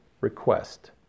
request